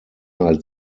als